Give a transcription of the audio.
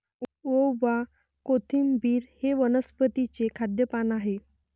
ओवा, कोथिंबिर हे वनस्पतीचे खाद्य पान आहे